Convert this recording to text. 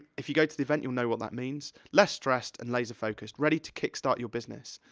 if you go to the event, you'll know what that means. less stressed and laser focused, ready to kickstart your business.